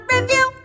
Review